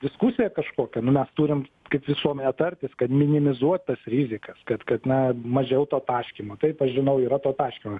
diskusija kažkokia nu mes turim kaip visuomenė tartis kad minimizuotas tas rizikas kad kad na mažiau to taškymo taip aš žinau yra to taškymo